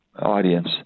audience